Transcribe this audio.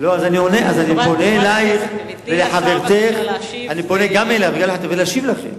אני פונה אלייך ולחברתך כדי להשיב לכן.